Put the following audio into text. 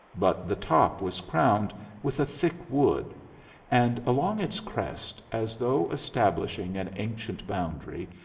but the top was crowned with a thick wood and along its crest, as though establishing an ancient boundary,